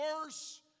worse